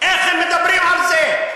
איך הם מדברים על זה,